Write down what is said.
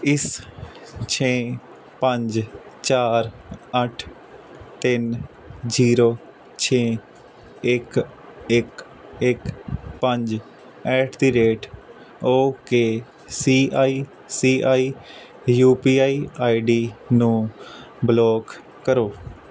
ਇਸ ਛੇ ਪੰਜ ਚਾਰ ਅੱਠ ਤਿੰਨ ਜ਼ੀਰੋ ਛੇ ਇੱਕ ਇੱਕ ਇੱਕ ਪੰਜ at the rate okay C I C I U P I I D ਨੂੰ ਬਲੋਕ ਕਰੋ